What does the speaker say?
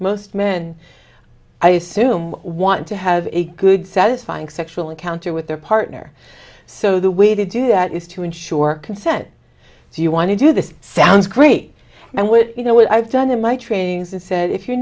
most men i assume want to have a good satisfying sexual encounter with their partner so the way to do that is to ensure consent if you want to do this sounds great and what you know what i've done in my trainings and said if you're